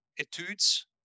etudes